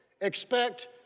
Expect